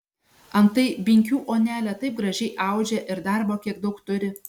antai binkių onelė taip gražiai audžia ir darbo kiek daug turi